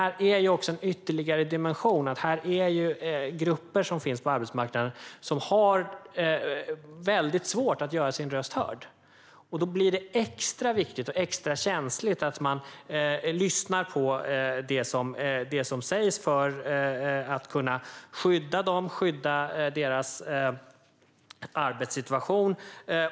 Här finns dock en ytterligare dimension, nämligen att detta gäller en grupp på arbetsmarknaden som har väldigt svårt att göra sin röst hörd. Då blir det extra viktigt och extra känsligt att lyssna på det som sägs, för att kunna skydda dessa människor och deras arbetssituation.